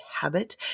habit